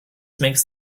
makes